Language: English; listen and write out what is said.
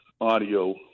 audio